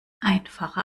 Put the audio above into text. einfacher